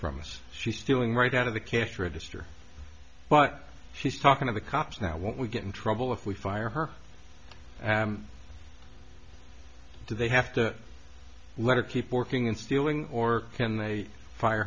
from us she stealing right out of the cash register but she's talking to the cops that when we get in trouble if we fire her they have to let her keep working and stealing or can they fire